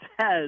says